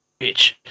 bitch